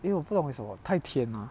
因为我不懂为什么太甜 ah